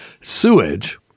sewage